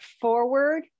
forward